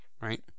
right